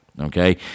Okay